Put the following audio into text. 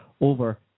over